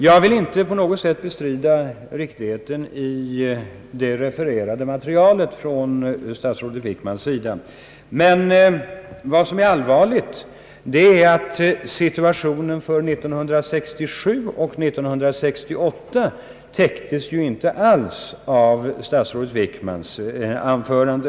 Jag vill inte på något sätt bestrida att statsrådet Wickman riktigt refererade föreliggande material, men det allvarliga är att situationen för 1967 och 1968 ju inte alls täcktes av statsrådet Wickmans anförande.